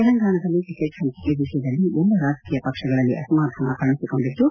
ತೆಲಂಗಾಣದಲ್ಲಿ ಟಿಕೆಟ್ ಹಂಚಿಕೆ ವಿಷಯದಲ್ಲಿ ಎಲ್ಲಾ ರಾಜಕೀಯ ಪಕ್ಷಗಳಲ್ಲಿ ಅಸಮಾಧಾನ ಕಾಣಿಸಿಕೊಂಡಿದ್ದು